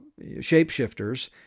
shapeshifters